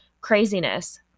craziness